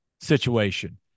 situation